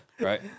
Right